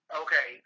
okay